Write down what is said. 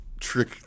trick